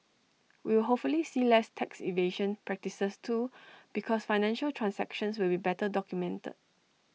we will hopefully see less tax evasion practices too because financial transactions will be better documented